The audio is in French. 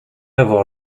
avoir